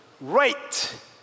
Right